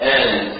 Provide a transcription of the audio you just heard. end